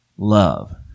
Love